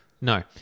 No